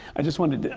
i just wondered,